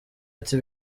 ati